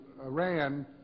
Iran